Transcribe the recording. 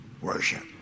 Worship